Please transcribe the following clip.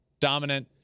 dominant